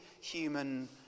human